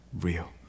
real